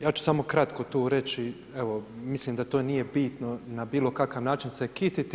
Ja ću samo kratko tu reći, evo mislim da to nije bitno na bilo kakav način se kititi.